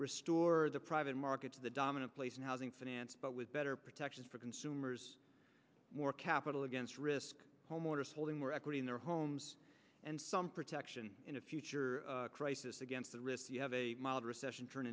restore the private markets the dominant place in housing finance but with better protections for consumers more capital against risk homeowners holding more equity in their homes and some protection in a future crisis against the risk of a mild recession turn